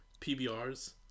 PBRs